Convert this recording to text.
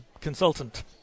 consultant